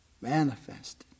Manifested